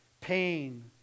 pain